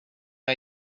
the